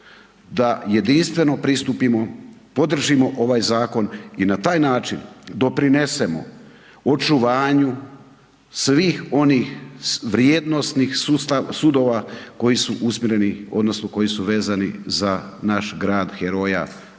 da jedinstveno pristupimo, podržimo ovaj Zakon i na taj način doprinesemo očuvanju svih onih vrijednosnih sudova koji su usmjereni odnosno koji su vezani za naš grad heroja,